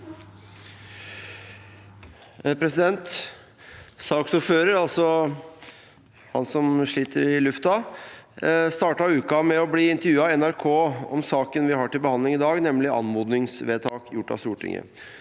Saksordføreren, alt- så han som sliter i luften, startet uken med å bli intervjuet av NRK om saken vi har til behandling i dag, nemlig om anmodningsvedtak gjort av Stortinget.